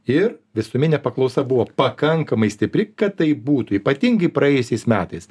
ir visuminė paklausa buvo pakankamai stipri kad tai būtų ypatingai praėjusiais metais